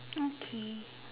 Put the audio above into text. okay